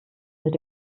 mit